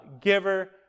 giver